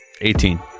18